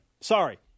Sorry